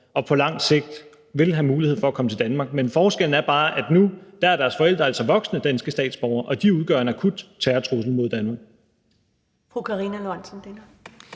og på lang sigt vil have mulighed for at komme til Danmark, men forskellen er bare, at nu er deres forældre altså voksne danske statsborgere, og de udgør en akut terrortrussel mod Danmark.